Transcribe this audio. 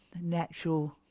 natural